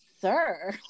sir